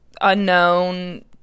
unknown